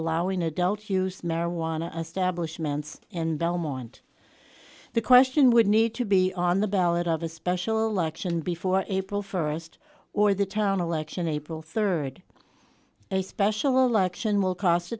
allowing adult use marijuana establishment and belmont the question would need to be on the ballot of a special election before april first or the town election april third a special election will cost